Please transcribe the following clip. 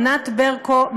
ענת ברקו,